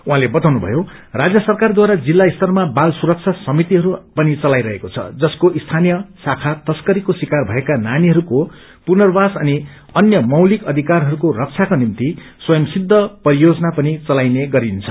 उहाँले बताउनुभयो राज्य सरकारद्वारा जिल्ला स्तरमा बाल सुरक्षा समितिहरू पनि चलाई रहेको छ जसको स्थानीय शाखा तस्करीको शिकार भएका नानीहरूको पुनर्वास अनि अन्य मैलिक अधिकारहरूको रक्षाको निम्ति स्वयं सिद्ध परियोजना पनि चलाइने गरिन्छ